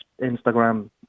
Instagram